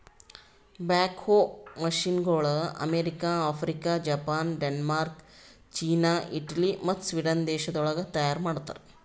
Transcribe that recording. back ಹೋ ಮಷೀನಗೊಳ್ America, Africa, Japan, Denmark, ಚೀನಾ, ಇಟಲಿ ಮತ್ತ ಸ್ವೀಡನ್ ದೇಶಗೊಳ್ದಾಗ್ ತೈಯಾರ್ ಮಾಡ್ತಾರ್